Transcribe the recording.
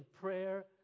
prayer